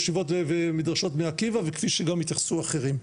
ישיבות ומדרשות בני עקיבא וכפי שגם התייחסו אחרים.